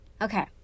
okay